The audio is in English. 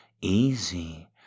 Easy